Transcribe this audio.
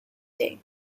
day